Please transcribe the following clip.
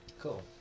Cool